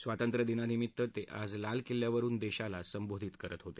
स्वातंत्र्यदिनानिमीत्त ते आज लाल किल्ल्यावरून देशाला संबोधित करत होते